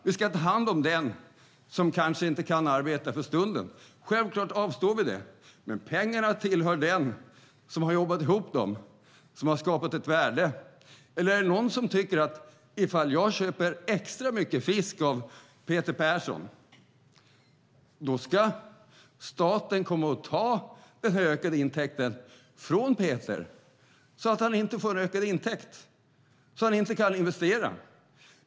Vi ska ta hand om den som kanske inte kan arbeta för stunden. Självklart avstår vi pengar till det, men pengarna tillhör den som har jobbat ihop dem och som har skapat ett värde. Eller är det någon som tycker att om jag köper extra mycket fisk av Peter Persson så ska staten komma och ta den ökade intäkten från Peter så att han inte får någon ökad intäkt och kan investera?